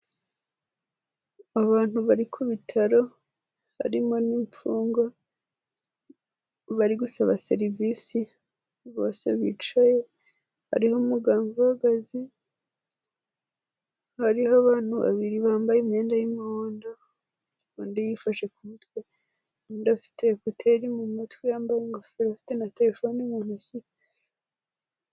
Abantu bari ku bitaro harimo n'imfungwa, bari gusaba serivisi bose bicaye, hariho umuganga uhagaze, hariho abantu babiri bambaye imyenda y'umuhondo, undi yifashe ku mutwe, undi afite ekuteri mu matwi yambaye ingofero afite na telefone mu ntoki.